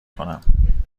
کنم